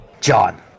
John